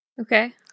Okay